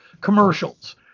commercials